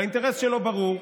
האינטרס שלו ברור,